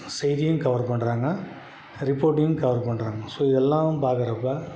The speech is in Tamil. செய்தியும் கவர் பண்ணுறாங்க ரிப்போர்ட்டையும் கவர் பண்ணுறாங்க ஸோ இது எல்லாம் பார்க்குறப்ப